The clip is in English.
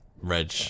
Reg